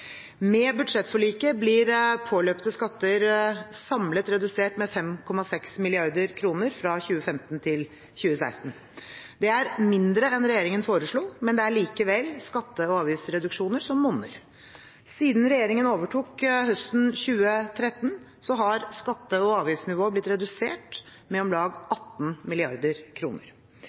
Med budsjettforliket blir påløpte skatter samlet redusert med 5,6 mrd. kr fra 2015 til 2016. Det er mindre enn regjeringen foreslo, men det er likevel skatte- og avgiftsreduksjoner som monner. Siden regjeringen overtok høsten 2013 har skatte- og avgiftsnivået blitt redusert med om lag